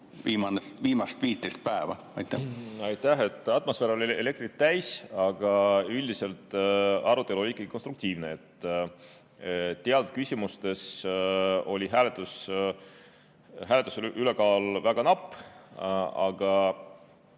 viimast 15 päeva. Aitäh! Atmosfäär oli elektrit täis, aga üldiselt oli arutelu ikkagi konstruktiivne. Teatud küsimustes oli hääletusel ülekaal väga napp. Aga